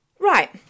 Right